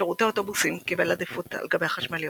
שירות האוטובוסים קיבל עדיפות על גבי החשמליות,